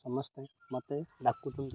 ସମସ୍ତେ ମୋତେ ଡାକୁଛନ୍ତି